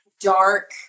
dark